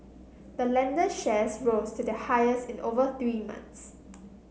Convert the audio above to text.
the lender shares rose to their highest in over three months